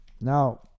now